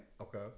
Okay